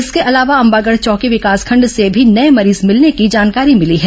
इसके अलावा अम्बागढ़ चौकी विकासखंड से भी नये मरीज मिलने की जानकारी मिली है